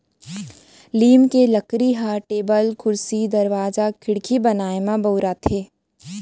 लीम के लकड़ी ह टेबुल, कुरसी, दरवाजा, खिड़की बनाए म बउराथे